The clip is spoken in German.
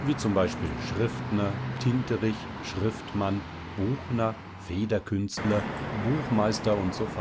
wie z b schriftner tinterich schriftmann buchner federkünstler buchmeister usf